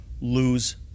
lose